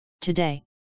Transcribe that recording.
today